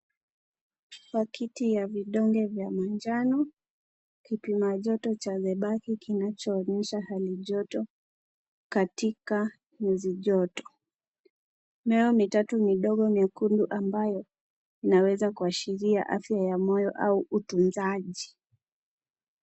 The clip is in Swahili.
Paketi ya vidonge vya manjano, kipimajoto cha zebaki kinachoonyesha halijoto katika nyuzijoto. Mioyo mitatu midongo meundu ambayo inaweza kuashira afya ya moyo au utunzaji.